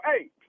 Hey